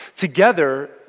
together